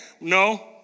No